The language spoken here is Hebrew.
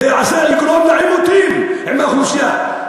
זה יגרום לעימותים עם האוכלוסייה,